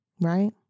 Right